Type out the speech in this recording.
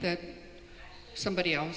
that somebody else